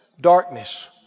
Darkness